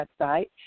website